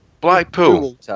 Blackpool